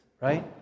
right